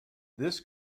this